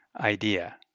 idea